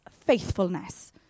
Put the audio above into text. faithfulness